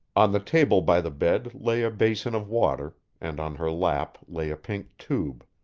on the table by the bed lay a basin of water, and on her lap lay a pink tube.